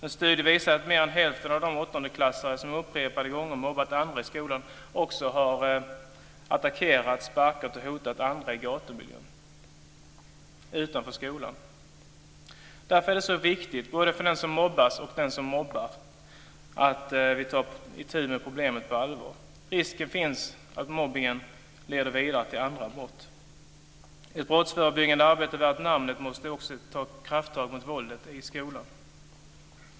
En studie visar att mer än hälften av de åttondeklassare som upprepade gånger mobbat andra i skolan också har attackerat, sparkat och hotat andra i gatumiljön, utanför skolan. Därför är det så viktigt - både för den som blir mobbad och för den som mobbar - att vi på allvar tar itu med problemet. Risken finns ju att mobbningen leder vidare till andra brott. Ett brottsförebyggande arbete värt namnet måste också omfatta att krafttag tas mot våldet i skolan.